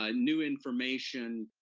ah new information,